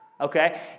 okay